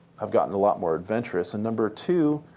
have gotten a lot more adventurous, and number two,